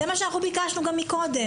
זה מה שאנחנו ביקשנו גם מקודם.